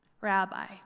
rabbi